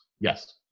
yes